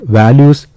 values